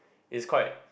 is quite